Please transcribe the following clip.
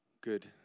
Good